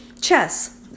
Chess